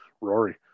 Rory